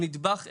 הוא נדבך אחד,